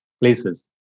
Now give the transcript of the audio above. places